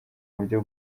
buryo